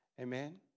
Amen